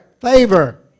Favor